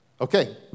Okay